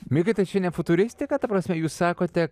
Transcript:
mikai tai ne futuristika ta prasme jūs sakote